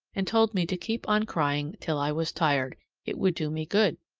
and told me to keep on crying till i was tired it would do me good.